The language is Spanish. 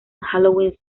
halloween